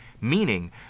meaning